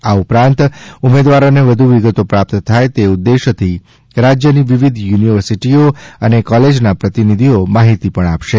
આ ઉપરાંત ઉમેદવારોને વધુ વિગતો પ્રાપ્ત થાય એ ઉદેશથી રાજ્યની વિવિધ યુનિવર્સિટી અને કોલેજના પ્રતિનિધિઓ માહિતી આપશે